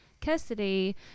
custody